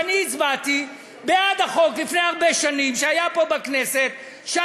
אני הצבעתי בעד החוק שהיה פה בכנסת לפני הרבה שנים,